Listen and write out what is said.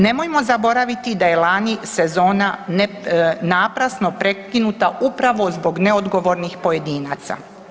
Nemojmo zaboraviti da je lani sezona naprasno prekinuta upravo zbog neodgovornih pojedinaca.